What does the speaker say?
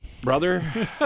Brother